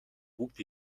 бүгд